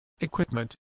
equipment